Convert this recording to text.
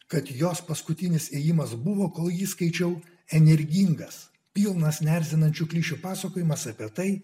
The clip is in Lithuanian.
kad jos paskutinis ėjimas buvo kol jį skaičiau energingas pilnas neerzinančių klišių pasakojimas apie tai